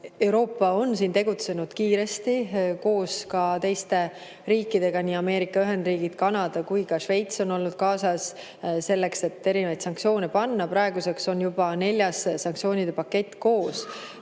Euroopa on siin tegutsenud kiiresti koos ka teiste riikidega, nii Ameerika Ühendriigid, Kanada kui ka Šveits on olnud kaasas, selleks et erinevaid sanktsioone panna. Praeguseks on juba neljas sanktsioonide pakett koos